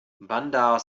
bandar